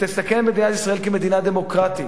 תסכן את מדינת ישראל כמדינה דמוקרטית.